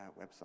website